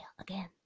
again